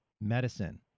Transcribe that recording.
medicine